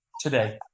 today